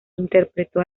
interpretó